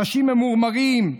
אנשים ממורמרים,